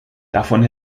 davon